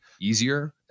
easier